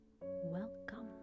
welcome